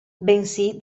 bensì